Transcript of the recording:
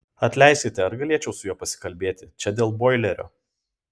atleiskite ar galėčiau su juo pasikalbėti čia dėl boilerio